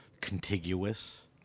contiguous